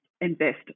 invest